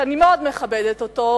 שאני מאוד מכבדת אותו,